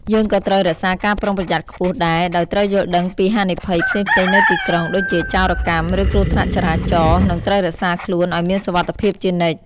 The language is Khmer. យើងក៏ត្រូវរក្សាការប្រុងប្រយ័ត្នខ្ពស់ដែរ ដោយត្រូវយល់ដឹងពីហានិភ័យផ្សេងៗនៅទីក្រុង ដូចជាចោរកម្ម ឬគ្រោះថ្នាក់ចរាចរណ៍ និងត្រូវរក្សាខ្លួនឲ្យមានសុវត្ថិភាពជានិច្ច។